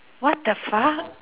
what the fuck